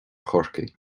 chorcaí